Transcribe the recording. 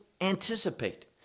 anticipate